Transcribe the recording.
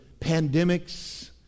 pandemics